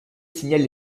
signale